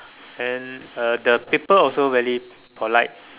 and then uh the people also very polite